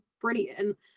brilliant